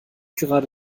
gerade